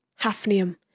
hafnium